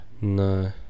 No